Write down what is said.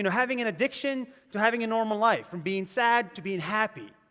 and having an addiction to having a normal life. from being sad to being happy.